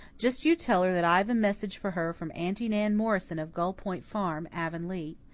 just you tell her that i've a message for her from aunty nan morrison of gull point farm, avonlea.